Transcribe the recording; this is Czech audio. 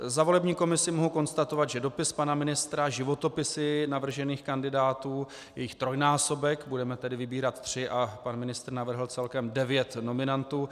Za volební komisi mohu konstatovat, že dopis pana ministra, životopisy navržených kandidátů, je jich trojnásobek, budeme tedy vybírat tři a pan ministr navrhl celkem devět nominantů.